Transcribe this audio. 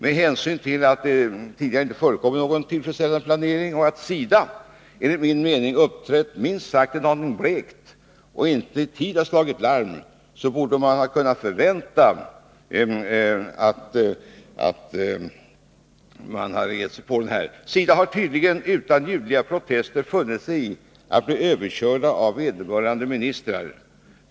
Med hänsyn till att det tidigare inte förekommit någon tillfredsställande planering och att SIDA, enligt min mening, uppträtt minst sagt en aning blekt och inte i tid slagit larm, som man borde ha kunnat förvänta, blir det inträffade ännu mera uppseendeväckande. SIDA har tydligen utan ljudliga protester funnit sig i att bli överkört av vederbörande ministrar.